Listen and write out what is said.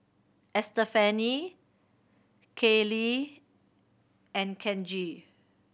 Estefani Kayley and Kenji